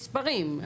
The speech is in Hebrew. מספרים.